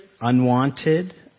unwanted